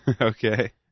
Okay